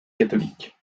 catholique